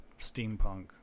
steampunk